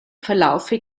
verlaufe